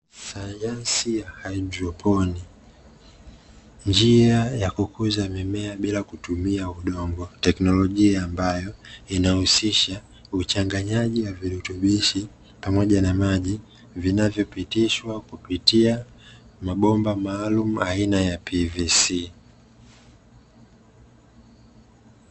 Sayansi ya haidroponi sayansi ya kukuza mimea bila kutumia udongo, teknolojia ambayo inahusisha uchanganyaji wa virutubisho pamoja na maji vinavyopitishwa mabomba maalumu aina ya PVC.